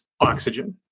oxygen